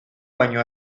baino